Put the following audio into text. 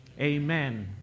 Amen